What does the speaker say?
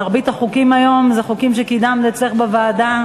מרבית החוקים היום הם חוקים שקידמת אצלך בוועדה.